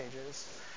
pages